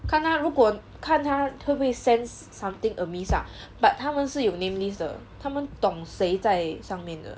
看看如果看他会不会 sense something amiss ah but 他们是有 name list 的他们懂谁在上面的